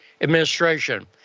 administration